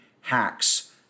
hacks